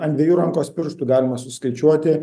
ant dviejų rankos pirštų galima suskaičiuoti